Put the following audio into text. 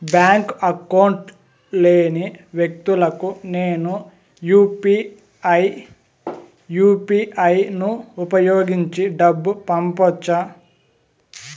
Bank account లేని వ్యక్తులకు నేను యు పి ఐ యు.పి.ఐ ను ఉపయోగించి డబ్బు పంపొచ్చా?